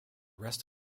rest